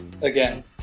again